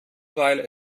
weil